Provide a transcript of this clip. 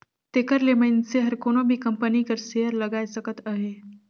तेकर ले मइनसे हर कोनो भी कंपनी कर सेयर लगाए सकत अहे